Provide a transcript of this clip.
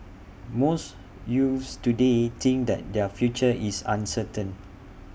most youths today think that their future is uncertain